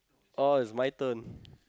oh is my turn